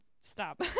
stop